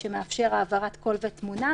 שמאפשר העברת קול ותמונה,